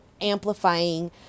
amplifying